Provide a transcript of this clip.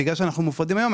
בגלל שאנחנו מופרדים היום,